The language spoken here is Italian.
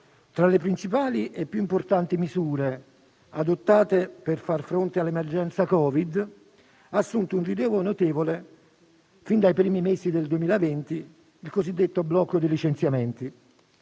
tra le principali e più importanti misure adottate per far fronte all'emergenza Covid-19, ha assunto un rilievo notevole, fin dai primi mesi del 2020, il cosiddetto blocco dei licenziamenti.